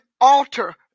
alter